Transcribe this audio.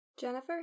Jennifer